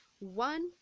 One